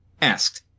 asked